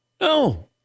No